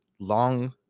long